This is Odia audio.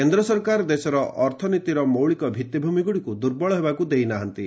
କେନ୍ଦ୍ର ସରକାର ଦେଶର ଅର୍ଥନୀତିର ମୌଳିକ ଭିଭୂମିଗୁଡ଼ିକୁ ଦୁର୍ବଳ ହେବାକୁ ଦେଇ ନାହାନ୍ତି